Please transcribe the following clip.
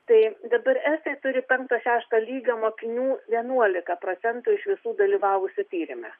tai dabar estai turi penkto šešto lygio mokinių vienuolika procentų iš visų dalyvavusių tyrime